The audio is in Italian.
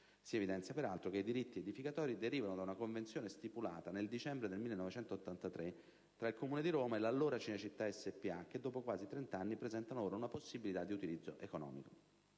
Si evidenzia peraltro che i diritti edificatori derivano da una convenzione stipulata nel dicembre 1983 tra il Comune di Roma e l'allora Cinecittà SpA e che, dopo quasi 30 anni, presentano ora una possibilità di utilizzo economico.